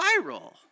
viral